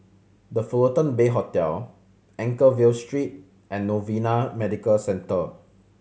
The Fullerton Bay Hotel Anchorvale Street and Novena Medical Centre